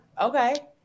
okay